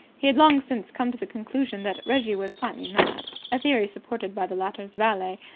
he had long since come to the conclusion that reggie was slightly mad, a theory supported by the latter's valet,